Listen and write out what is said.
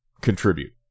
contribute